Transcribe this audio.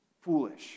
foolish